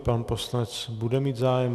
Pan poslanec bude mít zájem?